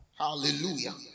Hallelujah